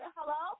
Hello